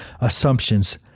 assumptions